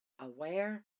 aware